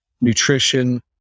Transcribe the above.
nutrition